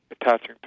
attaching